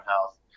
health